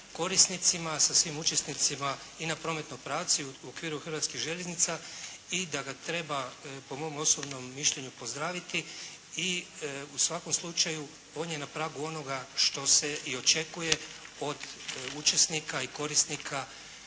korisnicima, sa svim učesnicima i na prometnom pravcu i u okviru Hrvatskih željeznica i da ga treba po mom osobnom mišljenju pozdraviti. I u svakom slučaju on je na pragu onoga što se i očekuje od učesnika i korisnika